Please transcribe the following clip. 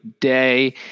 day